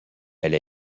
elle